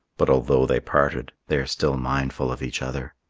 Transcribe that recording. but although they parted, they are still mindful of each other.